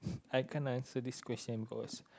I cannot answer this question cause